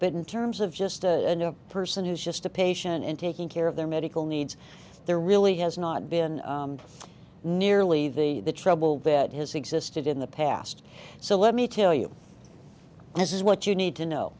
but in terms of just a person who's just a patient and taking care of their medical needs there really has not been nearly the trouble that has existed in the past so let me tell you as is what you need to know